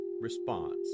response